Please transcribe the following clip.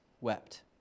wept